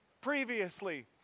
Previously